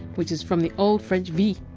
which is from the old french! vis,